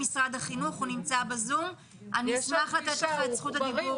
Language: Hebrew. אני אשמח לתת לך את זכות הדיבור